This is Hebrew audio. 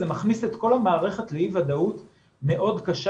זה מכניס את כל המערכת לאי ודאות מאוד קשה.